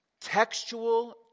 Textual